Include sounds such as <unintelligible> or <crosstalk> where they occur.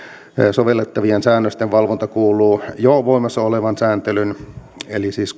sovellettavien säännösten valvonta kuuluu jo voimassa olevan sääntelyn eli siis <unintelligible>